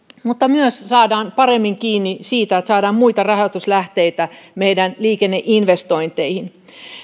mutta myös saadaan paremmin kiinni siitä että saadaan muita rahoituslähteitä meidän liikenneinvestointeihimme